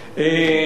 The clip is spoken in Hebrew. נכון.